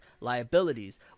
liabilities